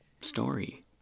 story